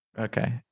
Okay